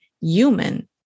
human